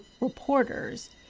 reporters